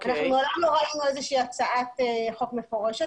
אנחנו מעולם לא ראינו איזו שהיא הצעת חוק מפורשת,